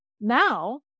now